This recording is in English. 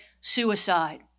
suicide